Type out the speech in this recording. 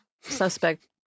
Suspect